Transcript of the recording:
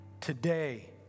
Today